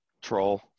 troll